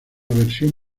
versión